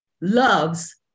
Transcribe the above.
loves